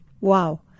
Wow